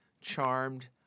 charmed